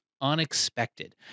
unexpected